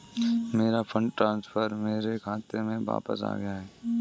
मेरा fund transfer मेरे खाते में वापस आ गया है